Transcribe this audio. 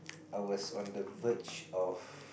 I was on the verge of